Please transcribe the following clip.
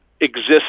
exists